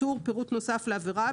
בטור "פירוט נוסף לעבירה",